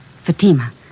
Fatima